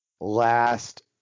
last